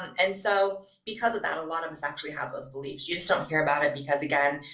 um and so, because of that a lot of us actually have those beliefs. you just don't hear about it because, again,